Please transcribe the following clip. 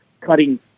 cutting